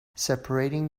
separating